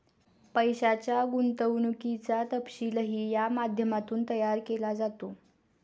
पैशाच्या गुंतवणुकीचा तपशीलही या माध्यमातून तयार केला जातो